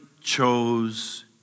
chose